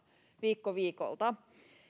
viikko viikolta